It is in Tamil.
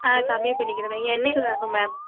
ஆ கம்மி பண்ணிக்கிறேன் ம என்னைக்கு வரணும் மேம்